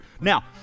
Now